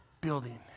Building